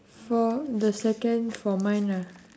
for the second for mine lah